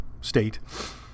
State